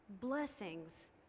Blessings